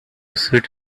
suit